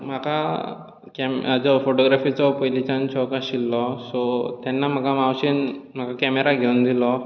म्हाका कॅम हेचो फोटोग्राफिचो पयलींच्यान शौक आशिल्लो सो तेन्ना म्हाका मावशेन कॅमेरा घेवून दिलो